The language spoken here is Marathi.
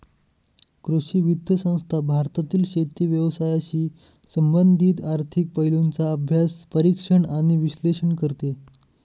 कृषी वित्त संस्था भारतातील शेती व्यवसायाशी संबंधित आर्थिक पैलूंचा अभ्यास, परीक्षण आणि विश्लेषण करते